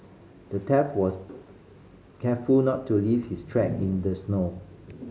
the thief was careful not to leave his track in the snow